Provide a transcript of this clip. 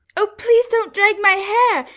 oh please don't drag my hair.